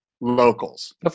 locals